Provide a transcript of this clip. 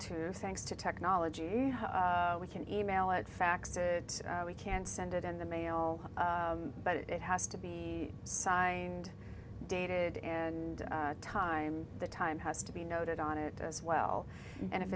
to thanks to technology we can email it fax it we can send it in the mail but it has to be signed dated and time the time has to be noted on it as well and if